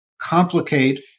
Complicate